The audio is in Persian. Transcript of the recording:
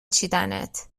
چیدنت